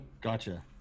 gotcha